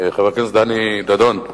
חבר הכנסת דני דנון,